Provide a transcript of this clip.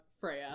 Freya